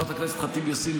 חברת הכנסת ח'טיב יאסין,